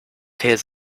hears